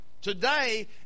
Today